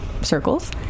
circles